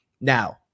Now